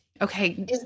Okay